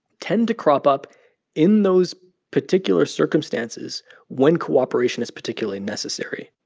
tend to crop up in those particular circumstances when cooperation is particularly necessary.